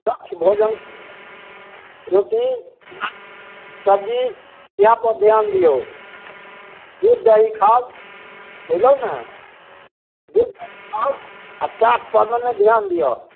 स्वक्ष भोजन रोटी सबजी इएह पर ध्यान दियौ दूध दही खाउ बुझलहुँ ने दूध दही खाउ आ चाट पर नहि ध्यान दियौ